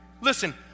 Listen